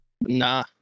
Nah